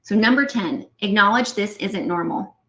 so number ten, acknowledge this isn't normal.